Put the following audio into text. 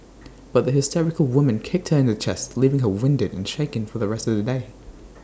but the hysterical woman kicked her in the chest leaving her winded and shaken for the rest of the day